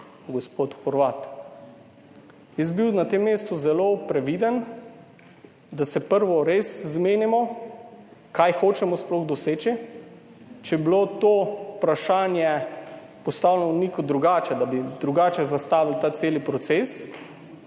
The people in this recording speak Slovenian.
gospod Horvat. Jaz bi bil na tem mestu zelo previden, da se prvo res zmenimo, kaj hočemo sploh doseči, če bi bilo to vprašanje postavljeno drugače, da bi drugače zastavili ta cel proces,